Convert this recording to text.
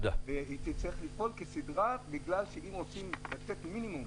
היא תצטרך לפעול כסדרה בגלל שאם רוצים לתת מינימום